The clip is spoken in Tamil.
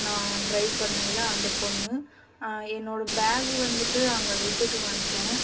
நான் டிரைவ் பண்ணல அந்த பொண்ணு என்னோடய பேகு வந்துட்டு அங்கே விட்டுட்டு வந்துட்டேன்